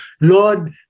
Lord